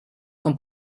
com